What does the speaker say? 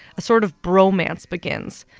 a sort of bromance begins.